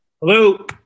Hello